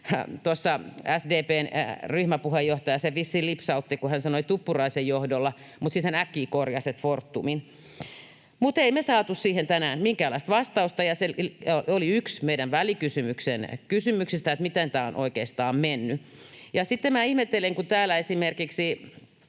SDP:n ryhmäpuheenjohtaja sen vissiin lipsautti, kun hän sanoi ”Tuppuraisen johdolla”, mutta sitten hän äkkiä korjasi ”Fortumin”. Ei me saatu siihen tänään minkäänlaista vastausta, ja se oli yksi meidän välikysymyksemme kysymyksistä, miten tämä on oikeastaan mennyt. Sitten minä ihmettelen, kun täällä esimerkiksi